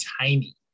tiny